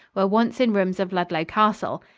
were once in rooms of ludlow castle.